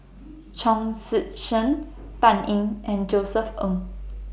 Chong Tze Chien Dan Ying and Josef Ng